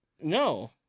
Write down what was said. No